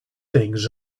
things